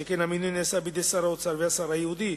שכן המינוי נעשה בידי שר האוצר והשר הייעודי,